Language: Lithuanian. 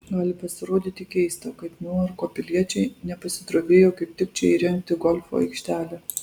gali pasirodyti keista kad niuarko piliečiai nepasidrovėjo kaip tik čia įrengti golfo aikštelę